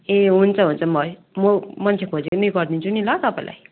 ए हुन्छ हुन्छ भाइ म मान्छे खोजिकन ऊ यो गरिदिन्छु नि ल तपाईँलाई